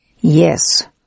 Yes